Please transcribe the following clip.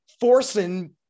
forcing